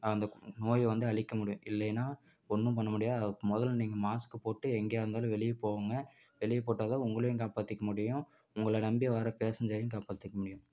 அந்த நோயை வந்து அழிக்க முடியும் இல்லைனா ஒன்றும் பண்ணமுடியாது அதை முதல்ல நீங்கள் மாஸ்க்கு போட்டு எங்கேயா இருந்தாலும் வெளியே போங்க வெளியே போட்டால்தான் உங்களையும் காப்பாற்றிக்க முடியும் உங்களை நம்பி வர பேஸஞ்சரையும் காப்பாற்றிக்க முடியும்